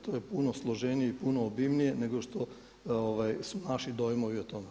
To je puno složenije i puno obimnije nego što su naši dojmovi o tome.